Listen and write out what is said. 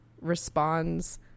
responds